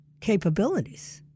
capabilities